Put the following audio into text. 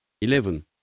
Eleven